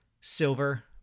silver